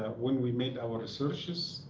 when we made our researchs,